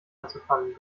anzufangen